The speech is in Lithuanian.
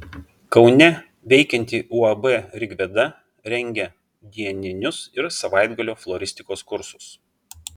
kaune veikianti uab rigveda rengia dieninius ir savaitgalio floristikos kursus